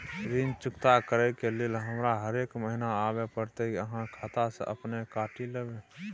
ऋण चुकता करै के लेल हमरा हरेक महीने आबै परतै कि आहाँ खाता स अपने काटि लेबै?